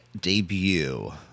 debut